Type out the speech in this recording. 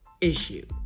issue